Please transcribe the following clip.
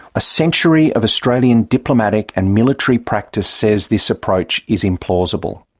a century of australian diplomatic and military practice says this approach is implausible.